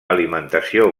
alimentació